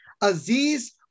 Aziz